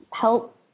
help